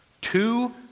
two